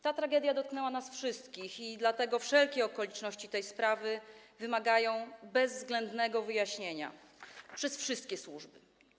Ta tragedia dotknęła nas wszystkich i dlatego wszelkie okoliczności tej sprawy wymagają bezwzględnego wyjaśnienia przez wszystkie służby.